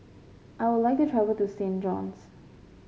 I would like to travel to Saint John's